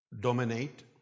dominate